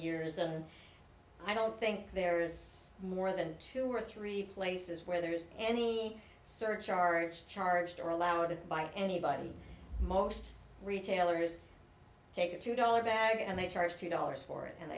years and i don't think there's more than two or three places where there's any surcharge charged or allowed by anybody most retailers take a two dollar bag and they charge two dollars for it and